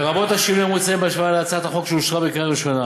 לרבות השינויים המוצעים בהשוואה להצעת החוק שאושרה בקריאה ראשונה.